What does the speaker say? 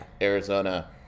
arizona